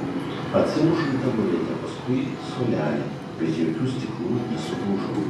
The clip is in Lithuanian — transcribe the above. atsimušu į taburetę paskui suolelį bet jokių stiklų nesudaužau